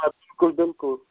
آ بِلکُل بِلکُل